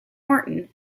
martin